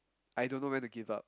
I don't know when to give up